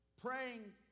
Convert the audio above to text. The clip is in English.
praying